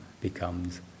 becomes